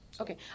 Okay